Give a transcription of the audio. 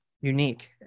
unique